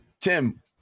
Tim